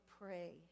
pray